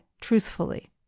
truthfully